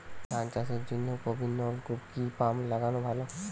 ধান চাষের জন্য গভিরনলকুপ কি পাম্প লাগালে ভালো?